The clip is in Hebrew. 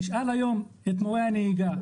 תשאל היום את מורי הנהיגה,